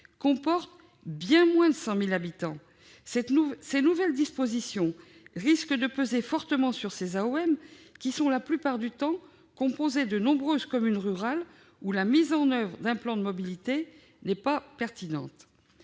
comporte bien moins de 100 000 habitants. Ces nouvelles dispositions risquent de peser fortement sur ces AOM, qui sont la plupart du temps composées de nombreuses communes rurales, où la mise en oeuvre d'un plan de mobilité n'est pas pertinente.